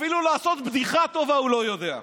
אפילו לעשות בדיחה טובה הוא לא יודע.